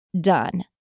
done